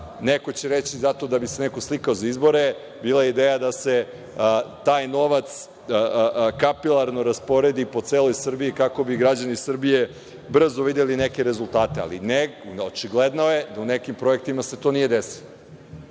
Neko će reći zato da bi se neko slikao za izbore. Bila je ideja da se taj novac kapilarno rasporedi po celoj Srbiji, kako bi građani Srbije brzo videli neke rezultate. Očigledno je da u nekim projektima se to nije desilo. Da